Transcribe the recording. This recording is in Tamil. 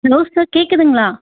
ஹலோ சார் கேட்குதுங்களா